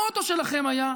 המוטו שלכם היה: